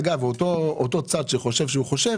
אגב, אותו צד שחושב שהוא חושב